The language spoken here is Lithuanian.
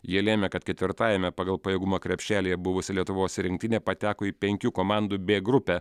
jie lėmė kad ketvirtajame pagal pajėgumą krepšelyje buvusi lietuvos rinktinė pateko į penkių komandų b grupę